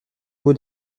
beau